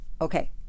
Okay